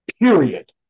period